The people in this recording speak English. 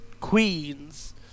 queens